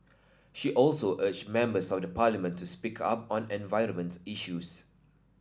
she also urged members of the Parliament to speak up on environment issues